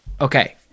okay